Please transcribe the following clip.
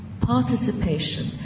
participation